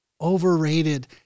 Overrated